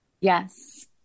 Yes